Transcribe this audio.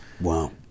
Wow